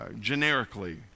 generically